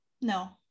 no